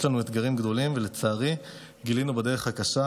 יש לנו אתגרים גדולים, ולצערי, גילינו בדרך הקשה